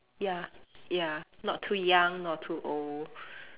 ya ya not too young not too old